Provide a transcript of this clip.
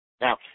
Now